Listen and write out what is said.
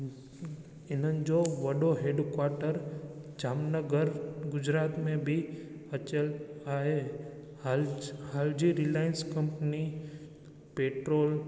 इन्हनि जो वॾो हेडक्वाटर जामनगर गुजरात में बि अचल आहे हल हाल जी रिलायंस कंपनी पेट्रोल